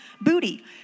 booty